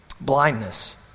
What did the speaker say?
Blindness